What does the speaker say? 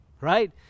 Right